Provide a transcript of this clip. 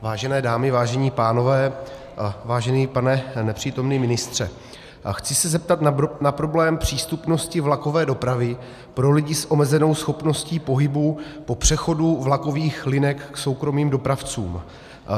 Vážené dámy, vážení pánové, vážený pane nepřítomný ministře, chci se zeptat na problém přístupnosti vlakové dopravy pro lidi s omezenou schopností pohybu po přechodu vlakových linek k soukromým dopravcům.